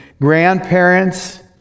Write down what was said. grandparents